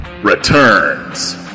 returns